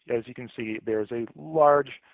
as you can see, there's a large